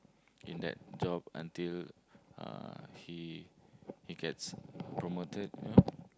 in that job until uh he he gets promoted you know